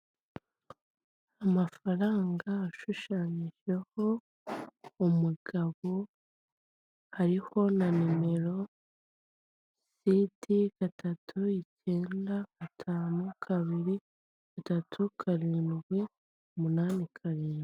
Amafaranga ashushanyijeho umugabo hariho na nimero cd gatatu icyenda gatanu kabiri gatatu karindwi umuani karindwi.